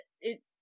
it-